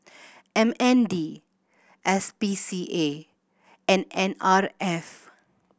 M N D S P C A and N R F